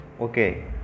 Okay